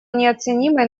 неоценимой